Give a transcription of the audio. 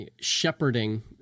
shepherding